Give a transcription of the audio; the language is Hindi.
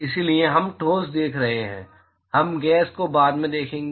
इसलिए हम ठोस देख रहे हैं हम गैसों को बाद में देखेंगे